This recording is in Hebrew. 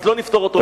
אז לא נפתור אותו,